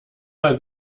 mal